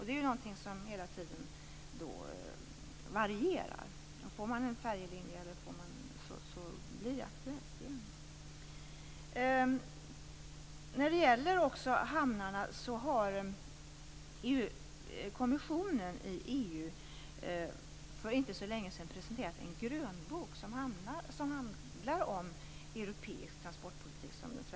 Detta varierar ju hela tiden. Får man en färjelinje kan det bli aktuellt igen. När det gäller hamnarna vill jag nämna att kommissionen i EU för inte så länge sedan har presenterat en grönbok som handlar om europeisk transportpolitik.